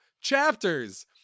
chapters